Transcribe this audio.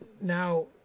Now